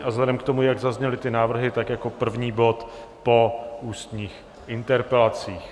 A vzhledem k tomu, jak zazněly ty návrhy, tak jako první bod po ústních interpelacích.